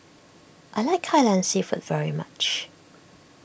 I like Kai Lan Seafood very much